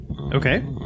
Okay